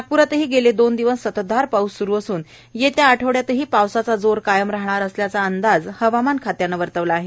नागपूरातही गेले दोन दिवस संततधार पाऊस स्रू असून येत्या आठवड्यातही पावसाचा जोर कायम राहणार असल्याचा अंदाज हवामान खात्याने वर्तविला आहे